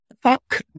fuck